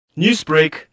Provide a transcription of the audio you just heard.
Newsbreak